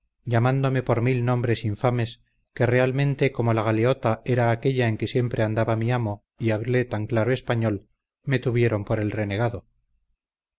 llamándome por mil nombres infames que realmente como la galeota era aquella en que siempre andaba mi amo y hablé tan claro español me tuvieron por el renegado